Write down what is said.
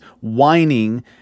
whining